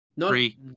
Free